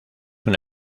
una